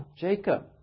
Jacob